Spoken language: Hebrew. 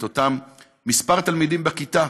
את אותו מספר תלמידים בכיתה